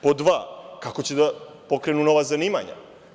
Pod dva – kako će da pokrenu nova zanimanja?